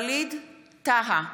וליד טאהא,